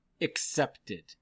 accepted